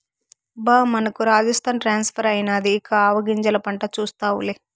బా మనకు రాజస్థాన్ ట్రాన్స్ఫర్ అయినాది ఇక ఆవాగింజల పంట చూస్తావులే